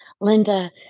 Linda